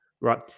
Right